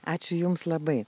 ačiū jums labai